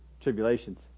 tribulations